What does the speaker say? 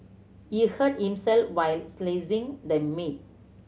he hurt himself while slicing the meat